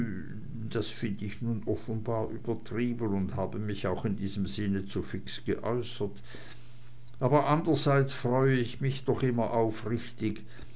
das find ich nun offenbar übertrieben und habe mich auch in diesem sinne zu fix geäußert aber andrerseits freue ich mich doch immer aufrichtig